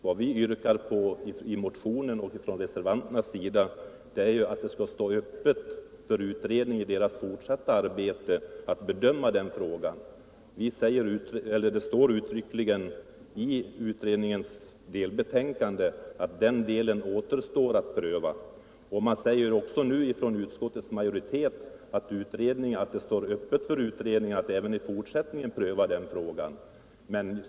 Vad som yrkas i motionen och från reservanternas sida är att det för utredningen i dess fortsatta arbete skall stå öppet att bedöma den frågan. Det står uttryckligen i utredningens delbetänkande att frågan om skäligheten av avgifternas storlek återstår att pröva. Utskottsmajoriteten har också uttalat att det står öppet för utredningen att även i fortsättningen pröva den frågan.